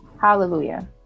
Hallelujah